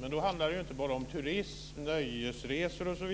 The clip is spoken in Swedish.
Men då handlar det ju inte bara om turism, nöjesresor, osv.,